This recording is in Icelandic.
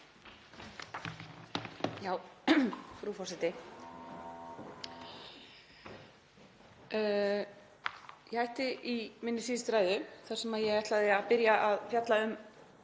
Frú forseti. Ég hætti í minni síðustu ræðu þar sem ég ætlaði að byrja að fjalla um